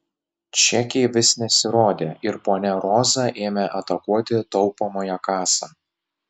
čekiai vis nesirodė ir ponia roza ėmė atakuoti taupomąją kasą